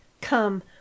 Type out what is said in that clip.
Come